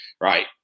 right